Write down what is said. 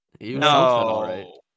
No